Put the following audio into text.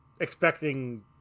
expecting